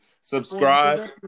Subscribe